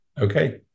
Okay